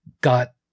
got